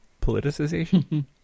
politicization